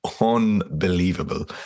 unbelievable